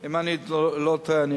אם אני לא טועה,